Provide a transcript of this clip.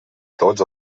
tots